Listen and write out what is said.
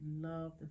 love